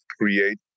create